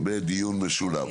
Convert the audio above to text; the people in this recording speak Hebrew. בדיון משולב.